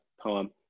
poem